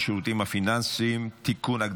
שירותים פיננסיים (קופות גמל) (תיקון,